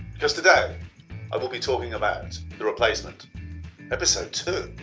because today i will be talking about and the replacement episode two.